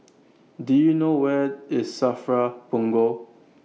Do YOU know Where IS SAFRA Punggol